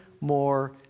more